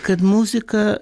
kad muzika